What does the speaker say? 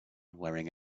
wearing